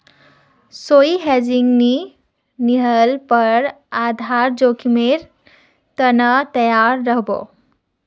सही हेजिंग नी ह ल पर आधार जोखीमेर त न तैयार रह बो